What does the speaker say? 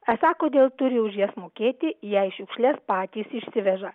esą kodėl turi už jas mokėti jei šiukšles patys išsiveža